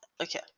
okay